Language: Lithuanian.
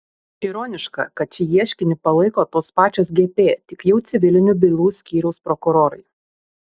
ironiška kad šį ieškinį palaiko tos pačios gp tik jau civilinių bylų skyriaus prokurorai